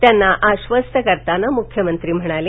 त्यांना आश्वस्त करताना मुख्यमंत्री म्हणाले